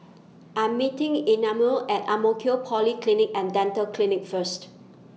I'm meeting Imanol At Ang Mo Kio Polyclinic and Dental Clinic First